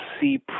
see